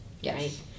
Yes